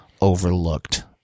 overlooked